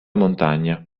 montagna